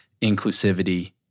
inclusivity